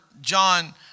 John